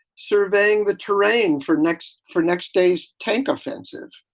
surveying the terrain for next for next stage tank ah sensors.